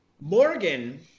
Morgan